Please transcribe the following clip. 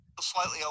Slightly